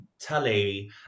Tully